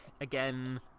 again